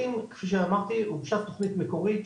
קטנה באזור והחליטו שם לעשות תוכנית לשמורת